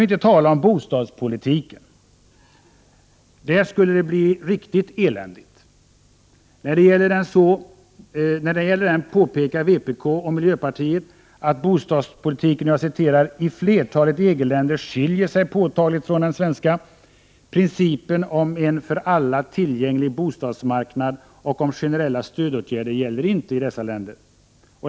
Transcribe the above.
I fråga om bostadspolitiken påpekar vpk och miljöpartiet att denna i flertalet EG-länder skiljer sig påtagligt från den svenska principen om en för alla tillgänglig bostadsmarknad. Generella stödåtgärder gäller inte i dessa länder.